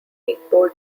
igbo